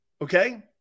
okay